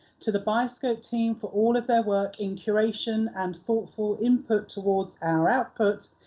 to the bioscope team for all of their work in curation and thoughtful input towards our output,